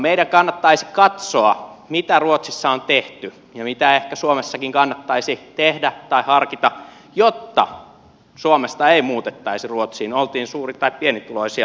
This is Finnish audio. meidän kannattaisi katsoa mitä ruotsissa on tehty ja mitä ehkä suomessakin kannattaisi tehdä tai harkita jotta suomesta ei muutettaisi ruotsiin oltiin suuri tai pienituloisia